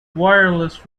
wireless